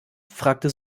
fragte